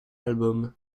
album